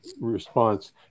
response